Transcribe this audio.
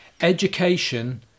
education